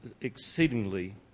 exceedingly